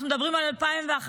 אנחנו מדברים על 2011,